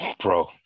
Bro